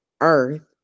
earth